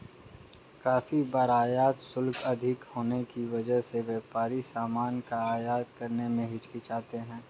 काफी बार आयात शुल्क अधिक होने की वजह से व्यापारी सामान का आयात करने में हिचकिचाते हैं